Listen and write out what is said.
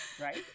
Right